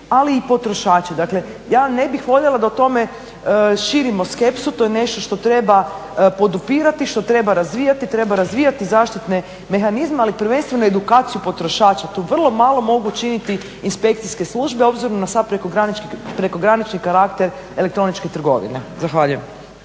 ali i potrošači. Dakle, ja ne bih voljela da o tome širimo skepsu. To je nešto što treba podupirati, što treba razvijati, treba razvijati zaštitne mehanizme, ali prvenstveno edukaciju potrošača. Tu vrlo malo mogu činiti inspekcijske službe obzirom na sav prekogranični karakter elektroničke trgovine. Zahvaljujem.